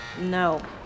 No